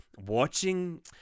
watching